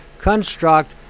construct